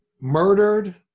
murdered